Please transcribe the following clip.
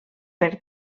per